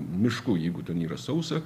mišku jeigu ten yra sausa